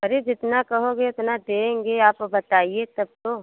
अरे जितना कहोगे उतना देंगे आप बताइए तब तो